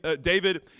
David